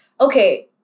okay